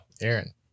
aaron